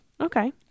Okay